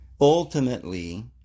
ultimately